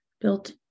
built